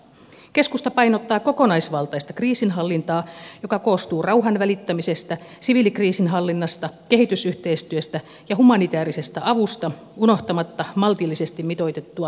keskusta painottaa kokonaisvaltaista kriisinhallintaa joka koostuu rauhanvälittämisestä siviilikriisinhallinnasta kehitysyhteistyöstä ja humanitäärisestä avusta unohtamatta maltillisesti mitoitettua sotilaallista kriisinhallintaa